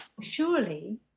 Surely